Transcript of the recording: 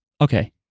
Okay